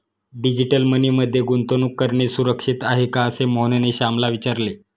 digital money मध्ये गुंतवणूक करणे सुरक्षित आहे का, असे मोहनने श्यामला विचारले